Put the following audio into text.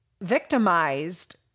victimized